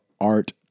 Art